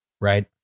right